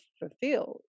fulfilled